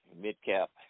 mid-cap